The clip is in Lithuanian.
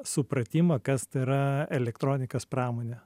supratimą kas tai yra elektronikos pramonė